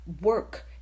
work